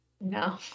no